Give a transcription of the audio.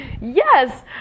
Yes